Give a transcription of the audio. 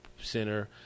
Center